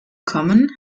kommen